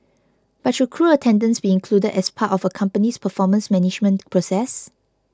but should crew attendance be included as part of a company's performance management process